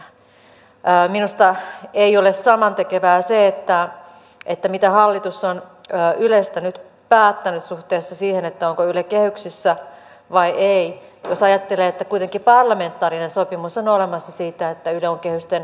minusta ei ole samantekevää se mitä hallitus on ylestä nyt päättänyt suhteessa siihen onko yle kehyksissä vai ei jos ajattelee että kuitenkin parlamentaarinen sopimus on olemassa siitä että yle on kehysten ulkopuolella